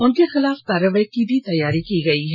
उनके खिलाफ कार्रवाई की तैयारी की गयी है